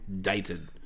dated